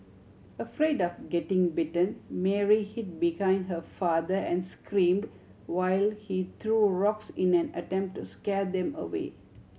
afraid of getting bitten Mary hid behind her father and screamed while he threw rocks in an attempt to scare them away